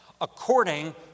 according